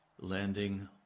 landing